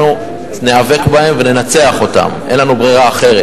אנחנו ניאבק בהם וננצח אותם, אין לנו ברירה אחרת,